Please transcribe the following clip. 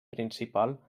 principal